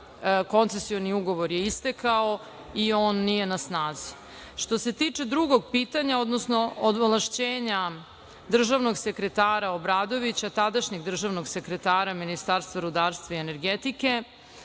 koncesioni ugovor je istekao i on nije na snazi. Što se tiče drugog pitanja, odnosno ovlašćenja državnog sekretara Obradovića, tadašnjeg državnog sekretara Ministarstva rudarstva i energetike,